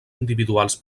individuals